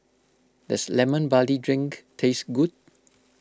does Lemon Barley Drink taste good